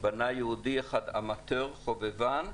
בנה יהודי אחד, אמטאור, חובבן,